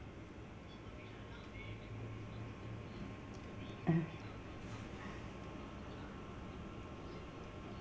(uh huh)